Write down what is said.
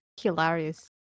Hilarious